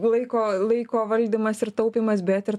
laiko laiko valdymas ir taupymas bet ir